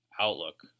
outlook